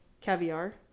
caviar